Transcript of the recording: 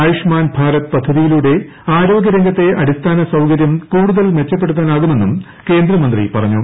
ആയുഷ്മാൻ ഭാരത് പദ്ധതിയിലൂടെ ആരോഗ്യരംഗത്തെ അടിസ്ഥാനസൌകര്യം കൂടുതൽ മെച്ചപ്പെടുത്താനാകുമെന്നും കേന്ദ്ര മന്ത്രി പറഞ്ഞു